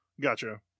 Gotcha